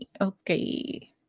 okay